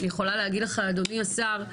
אני יכולה להגיד לך אדוני השר,